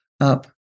up